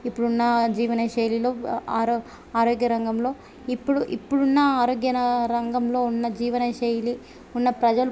ఇప్పుడున్న జీవన శైలిలో ఆరో ఆరోగ్య రంగంలో ఇప్పుడు ఇప్పుడున్న ఆరోగ్య రంగంలో ఉన్న జీవన శైలి ఉన్న ప్రజలు